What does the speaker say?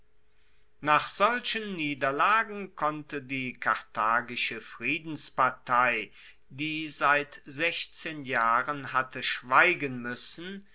nach solchen niederlagen konnte die karthagische friedenspartei die seit sechzehn jahren hatte schweigen muessen